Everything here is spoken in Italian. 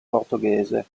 portoghese